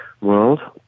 world